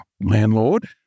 landlord